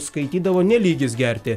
skaitydavo ne lygis gerti